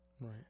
right